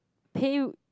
pay you